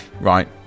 Right